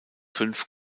fünf